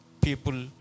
people